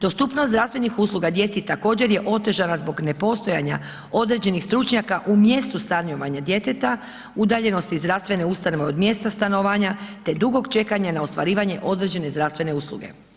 Dostupnost zdravstvenih usluga djeci također je otežana zbog nepostojanja određenih stručnjaka u mjestu stanovanja djeteta, udaljenosti zdravstvene ustanove od mjesta stanovanja, te dugog čekanja na ostvarivanje određene zdravstvene usluge.